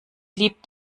liebt